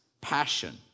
passion